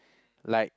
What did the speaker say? like